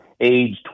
age